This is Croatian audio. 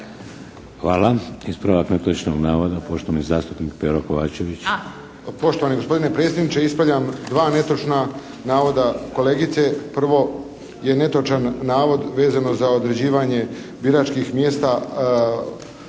Hvala. Ispravak netočnog navoda, poštovani zastupnik Pero Kovačević.